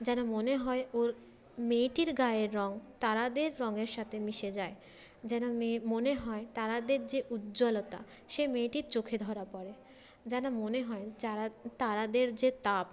যেন মনে হয় ওর মেয়েটির গায়ের রঙ তারাদের রঙের সাথে মিশে যায় যেন মে মনে হয় তারাদের যে উজ্জ্বলতা সে মেয়েটির চোখে ধরা পড়ে যেন মনে হয় যারা তারাদের যে তাপ